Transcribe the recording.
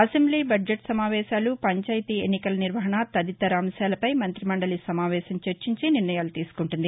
assembly budget సమావేశాలు పంచాయతి ఎన్నికల నిర్వహణ తదితర అంశాలపై మంత్రి మండలి సమావేశం చర్చించి నిర్ణయాలు తీసుకుంటుంది